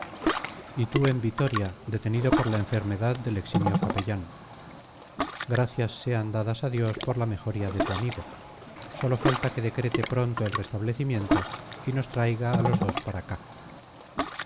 y tú en vitoria detenido por la enfermedad del eximio capellán gracias sean dadas a dios por la mejoría de tu amigo sólo falta que decrete pronto el restablecimiento y os traiga a los dos para acá